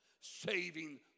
saving